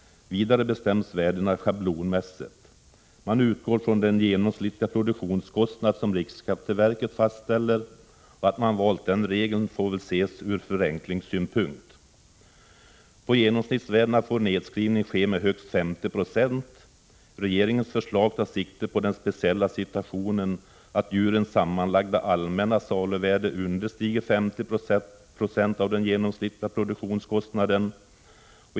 Vidare bestäms värdena schablonmässigt. Man utgår från den genomsnittliga produktionskostnad som riksskatteverket fastställer. Att man valt den regeln får ses ur förenklingssynpunkt. På genomsnittsvärdena får nedskrivning ske med högst 50 96. Regeringens förslag tar sikte på den speciella situationen att djurens sammanlagda allmänna saluvärde understiger 50 20 av den genomsnittliga produktionskostnaden.